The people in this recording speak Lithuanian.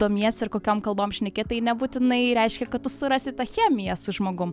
domiesi ir kokiom kalbom šneki tai nebūtinai reiškia kad tu surasi tą chemiją su žmogum